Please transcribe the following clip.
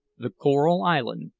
the coral island,